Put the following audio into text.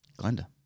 glenda